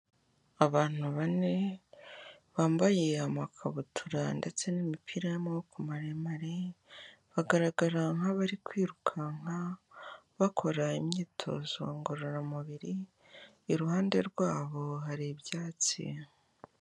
Abantu bane bambaye amakabutura ndetse n'imipira y'amaboko maremare, bagaragara nk'abari kwirukanka, bakora imyitozo ngororamubiri, iruhande rwabo hari ibyatsi.